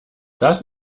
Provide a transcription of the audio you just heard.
dies